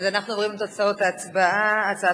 אז אנחנו עוברים לתוצאות ההצבעה: הצעת